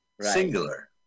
singular